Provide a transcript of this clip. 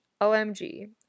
OMG